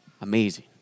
Amazing